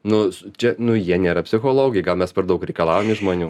nu čia nu jie nėra psichologai gal mes per daug reikalaujam iš žmonių